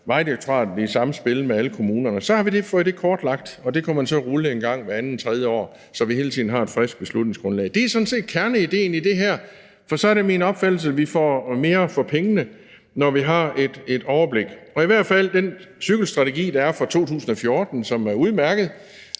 Vejdirektoratet i samspil med alle kommunerne. Så ville vi have det kortlagt, og det kunne man så rulle en gang hvert andet eller hvert tredje år, så vi hele tiden har et friskt beslutningsgrundlag. Det er sådan set kerneidéen i det her, for det er min opfattelse, at vi får mere for pengene, når vi har det overblik. Der er cykelstrategien fra 2014, som er udmærket,